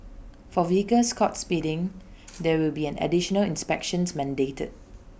for vehicles caught speeding there will be an additional inspections mandated